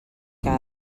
que